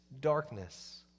darkness